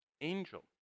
angel